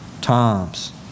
times